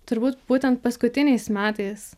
turbūt būtent paskutiniais metais